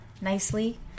nicely